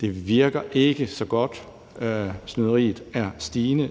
men det virker ikke så godt, for snyderiet er stigende.